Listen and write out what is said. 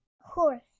Horse